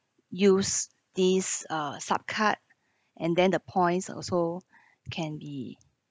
use this uh sub card and then the points also can be